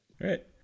Right